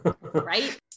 right